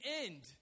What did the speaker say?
end